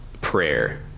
prayer